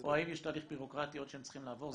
או האם יש הליך בירוקרטי שהם עוד צריכים לעבור.